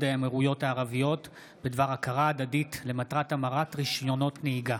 האמירויות הערביות בדבר הכרה הדדית למטרת המרת רישיונות נהיגה.